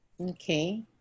Okay